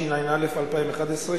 התשע"א 2011,